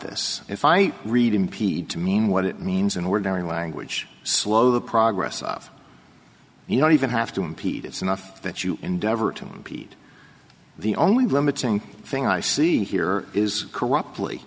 this if i read impede to mean what it means an ordinary language slow the progress of you don't even have to impede it's enough that you endeavor to impede the only limiting thing i see here is corrupt